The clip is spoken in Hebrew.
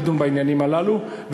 לדון בעניינים הללו,